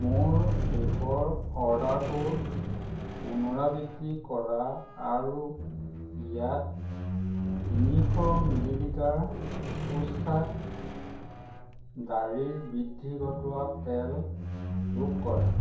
মোৰ শেষৰ অৰ্ডাৰটোৰ পুনৰাবৃত্তি কৰা আৰু ইয়াত তিনিশ মিলিলিটাৰ উষ্ট্ৰা দাঢ়িৰ বৃদ্ধি ঘটোৱা তেল যোগ কৰা